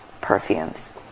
perfumes